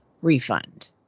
refund